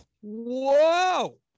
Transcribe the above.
whoa